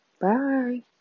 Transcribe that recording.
Bye